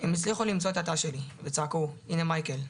הם הצליחו למצוא את התא שלי וצעקו "הנה מייקל!",